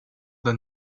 that